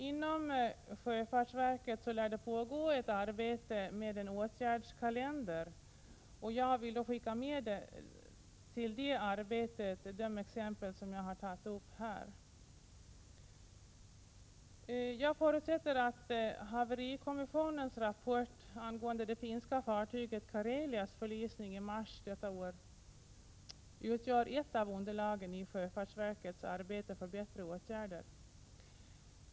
Inom sjöfartsverket lär det pågå ett arbete med en åtgärdskalender och jag vill då skicka med till det arbetet de exempel jag tagit upp här. Jag förutsätter att haverikommissionens rapport angående det finska fartyget Karelias förlisning i mars detta år utgör ett av underlagen i sjöfartsverkets arbete för bättre åtgärder.